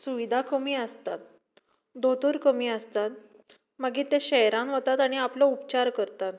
सुविधा कमी आसता दोतोर कमी आसता मागीर ते शहरान वतात आनी आपलो उपचार करतात